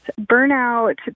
Burnout